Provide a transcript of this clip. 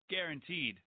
Guaranteed